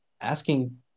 asking